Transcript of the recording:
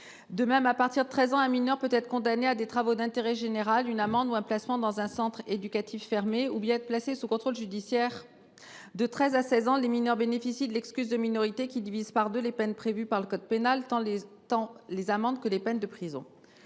De même, à partir de 13 ans, un mineur peut être condamné à des travaux d’intérêt général, une amende ou un placement dans un centre éducatif fermé ou bien être placé sous contrôle judiciaire. De 13 ans à 16 ans, les mineurs bénéficient de « l’excuse de minorité », qui divise par deux les peines prévues par le code pénal, tant les amendes que les peines de prison.